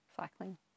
cycling